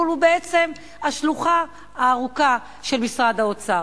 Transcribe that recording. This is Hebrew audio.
אבל הוא בעצם השלוחה הארוכה של משרד האוצר.